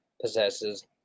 possesses